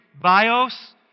bios